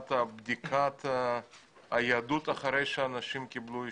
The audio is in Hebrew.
מבחינת בדיקת היהדות אחרי שאנשים קיבלו אישור?